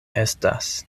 estas